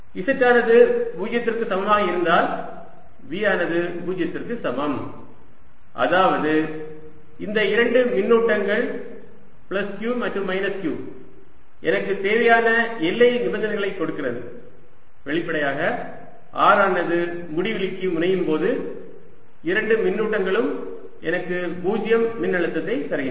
q 14π0qx2y2z z02|zz0 z ஆனது 0 க்கு சமமாக இருந்தால் V ஆனது 0 க்கு சமம் அதாவது இந்த இரண்டு மின்னூட்டங்கள் பிளஸ் q மற்றும் மைனஸ் q எனக்கு தேவையான எல்லை நிபந்தனைகளை கொடுக்கிறது வெளிப்படையாக r ஆனது முடிவிலிக்கு முனையும்போது இரண்டு மின்னூட்டங்களும் எனக்கு 0 மின்னழுத்தத்தை தருகின்றன